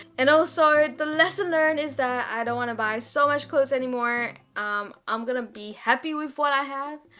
and also the lesson learned is that i don't want to buy so much clothes anymore i'm gonna be happy with what i have.